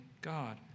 God